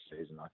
season